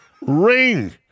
ring